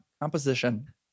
Composition